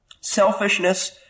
Selfishness